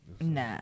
Nah